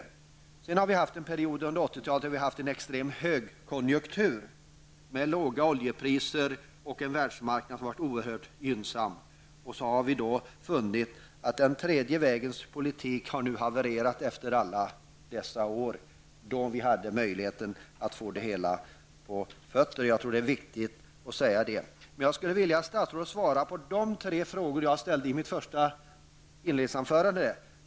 Vi har sedan under 1980-talet haft en period med extrem högkonjunktur, med låga oljepriser och en oerhört gynnsam världsmarknad. Man har funnit att den tredje vägens politik nu har havererat efter alla de år då vi hade möjligheten att få det hela på fötter. Jag tror att det är viktigt att säga detta. Jag skulle vilja att statsrådet svarade på de tre frågor som jag ställde i mitt inledningsanförande.